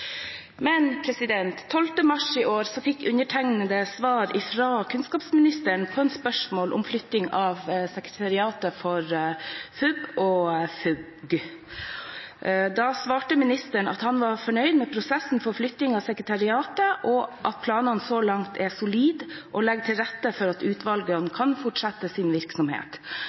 mars i år fikk undertegnede svar fra kunnskapsministeren på et spørsmål om flytting av sekretariatet for FUB og FUG. Da svarte ministeren at han var fornøyd med prosessen for flytting av sekretariatet, og at planene så langt er solide og legger til rette for at utvalgene kan fortsette sin virksomhet.